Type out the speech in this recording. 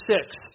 six